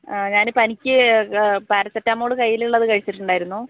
ഞാൻ പനിക്ക് പാരസെറ്റാമോൾ കയ്യിലുള്ളത് കഴിച്ചിട്ടുണ്ടായിരുന്നു